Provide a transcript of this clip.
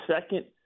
second